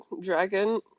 Dragon